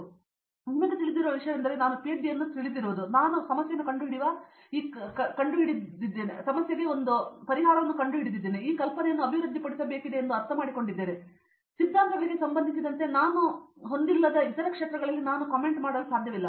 ಹಾಗಾಗಿ ನಿಮಗೆ ತಿಳಿದಿರುವ ವಿಷಯವೆಂದರೆ ನಾನು ಪಿಎಚ್ಡಿ ತಿಳಿದಿರುವುದು ಮತ್ತು ನಾನು ಸಮಸ್ಯೆಯನ್ನು ಕಂಡುಹಿಡಿಯುವ ಈ ಕಲ್ಪನೆಯನ್ನು ಅಭಿವೃದ್ಧಿಪಡಿಸಬೇಕಿದೆ ಎಂದು ನಾನು ಅರ್ಥಮಾಡಿಕೊಂಡಿದ್ದೇನೆ ಆದರೆ ಸಿದ್ಧಾಂತಗಳಿಗೆ ಸಂಬಂಧಿಸಿದಂತೆ ನಾನು ಹೊಂದಿಲ್ಲದ ಇತರ ಕ್ಷೇತ್ರಗಳಲ್ಲಿ ನಾನು ಕಾಮೆಂಟ್ ಮಾಡಲು ಸಾಧ್ಯವಿಲ್ಲ